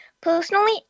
Personally